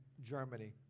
Germany